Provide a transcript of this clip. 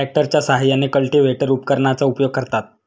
ट्रॅक्टरच्या साहाय्याने कल्टिव्हेटर उपकरणाचा उपयोग करतात